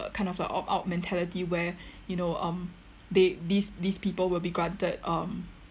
uh kind of a opt out mentality where you know um they these these people will be granted um